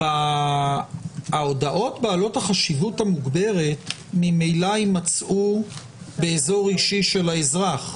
ההודעות בעלות החשיבות המוגברת ממילא ימצאו באזור האישי של האזרח.